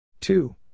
two